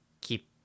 keep